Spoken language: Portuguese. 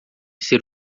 ser